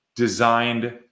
Designed